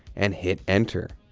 and hit enter.